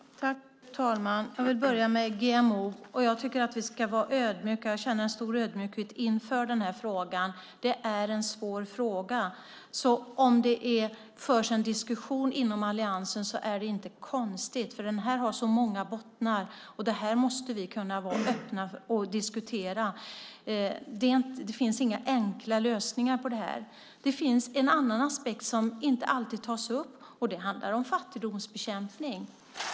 Fru talman! Jag vill börja med GMO. Jag tycker att vi ska känna stor ödmjukhet inför den här frågan. Det är en svår fråga. Om det förs en diskussion inom alliansen är det inte konstigt, för den här frågan har så många bottnar, och det här måste vi kunna vara öppna med och diskutera. Det finns inga enkla lösningar på det här. Det finns en annan aspekt som inte alltid tas upp. Det handlar om fattigdomsbekämpning.